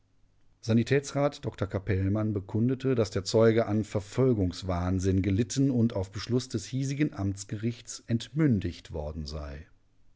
sanitätsrat dr capellmann bekundete daß der zeuge an verfolgungswahnsinn gelitten und auf beschluß des hiesigen amtsgerichts entmündigt worden sei